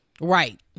right